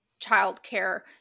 childcare